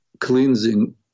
cleansing